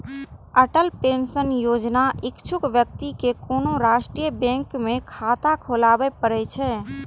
Atal pension योजनाक इच्छुक व्यक्ति कें कोनो राष्ट्रीय बैंक मे खाता खोलबय पड़ै छै